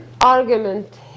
argument